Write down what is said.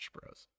Bros